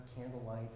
candlelight